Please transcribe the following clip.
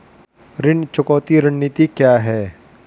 ऋण चुकौती रणनीति क्या है?